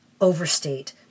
overstate